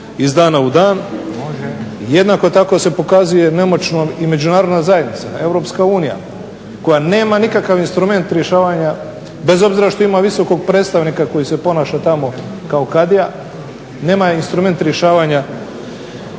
iz dana u dan. Jednako tako se pokazuje nemoćno i Međunarodna zajednica, Europska unija koja nema nikakav instrument rješavanja bez obzira što ima visokog predstavnika koji se ponaša tamo kao kadija, nema instrument rješavanja